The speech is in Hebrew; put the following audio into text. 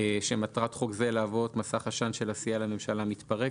"מטרת חוק זה להוות מסך עשן של עשייה לממשלה מתפרקת.